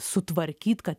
sutvarkyt kad